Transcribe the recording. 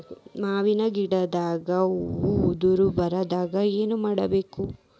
ಮಾವಿನ ಗಿಡದಾಗ ಹೂವು ಉದುರು ಬಾರದಂದ್ರ ಏನು ಮಾಡಬೇಕು?